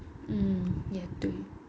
mm 也对